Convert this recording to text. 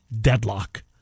deadlock